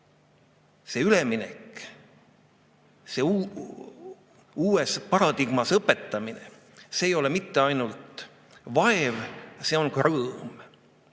et üleminek ja uues paradigmas õpetamine ei ole mitte ainult vaev, see on ka rõõm.